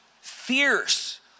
fierce